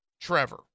Trevor